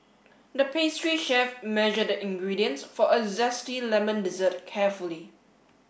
the pastry chef measured the ingredients for a zesty lemon dessert carefully